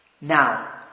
Now